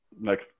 next